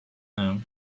now